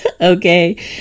Okay